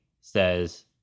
says